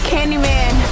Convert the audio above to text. Candyman